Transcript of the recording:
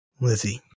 Lizzie